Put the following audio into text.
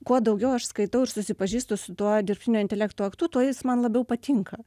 kuo daugiau aš skaitau ir susipažįstu su tuo dirbtinio intelekto aktu tuo jis man labiau patinka